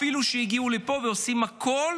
אפילו שהגיעו לפה, ועושים הכול